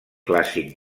clàssic